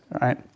right